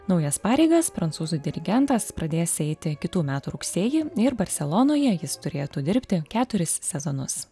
naujas pareigas prancūzų dirigentas pradės eiti kitų metų rugsėjį ir barselonoje jis turėtų dirbti keturis sezonus